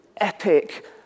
epic